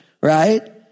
right